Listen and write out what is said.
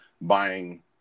buying